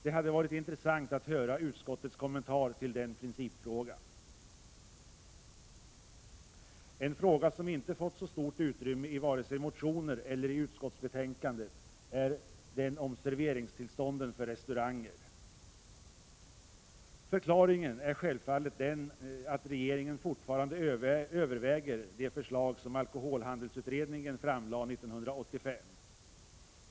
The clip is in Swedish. Det hade varit intressant att höra utskottets kommentar till den principfrågan. En fråga som inte har fått så stort utrymme vare sig i motioner eller i utskottsbetänkandet är den om serveringstillstånden för restauranger. Förklaringen är självfallet den att regeringen fortfarande överväger de förslag som alkoholhandelsutredningen framlade 1985.